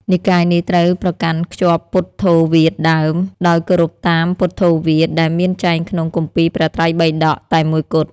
និកាយនេះត្រូវប្រកាន់ខ្ជាប់ពុទ្ធោវាទដើម ដោយគោរពតាម ពុទ្ធោវាទ ដែលមានចែងក្នុង គម្ពីរព្រះត្រៃបិដក តែមួយគត់។